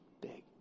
big